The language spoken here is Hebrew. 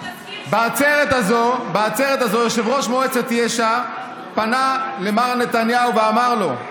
בעצרת הזו יושב-ראש מועצת יש"ע פנה למר נתניהו ואמר לו: